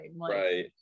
right